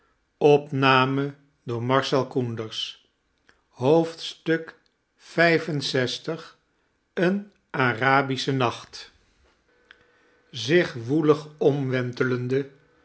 een arabische nacht zich woelig omwentelende